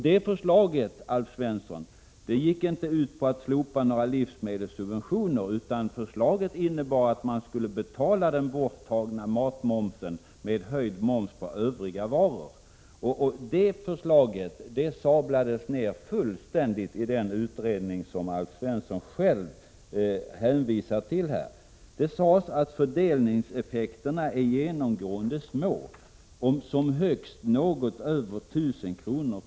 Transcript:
Detta förslag, Alf Svensson, gick inte ut på att slopa några livsmedelssubventioner, utan det innebar att man skulle betala den borttagna matmomsen med en höjning av momsen på de övriga varorna. Det förslaget sablades ned fullständigt i den utredning som Alf Svensson själv hänvisar till. Man framhöll att fördelningseffekterna genomgående är små, som högst något över 1 000 kr.